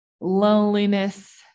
loneliness